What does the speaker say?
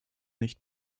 nicht